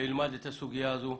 שילמד את הסוגיה הזו.